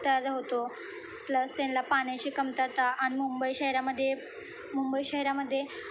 तयार होतो प्लस त्यांना पाण्याशी कमतात आणि मुंबई शहरामध्ये मुंबई शहरामध्ये